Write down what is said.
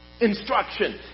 Instruction